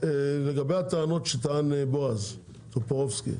מה לגבי הטענות שטען בועז טופורובסקי,